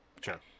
sure